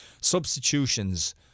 Substitutions